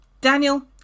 Daniel